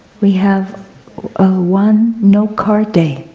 we have ah one no-car day,